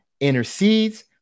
intercedes